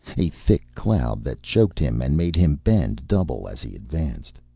a thick cloud that choked him and made him bend double as he advanced.